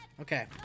Okay